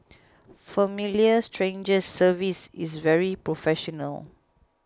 Familiar Strangers service is very professional